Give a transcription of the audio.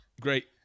Great